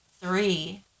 Three